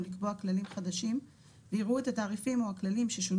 לקבוע כללים חדשים ויראו את הכללים או התעריפים ששונו,